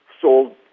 sold